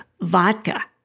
vodka